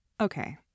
Okay